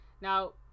now